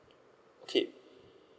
okay